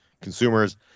consumers